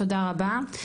תודה רבה.